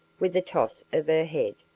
with a toss of her head.